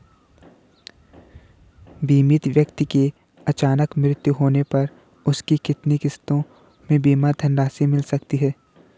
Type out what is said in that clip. बीमित व्यक्ति के अचानक मृत्यु होने पर उसकी कितनी किश्तों में बीमा धनराशि मिल सकती है?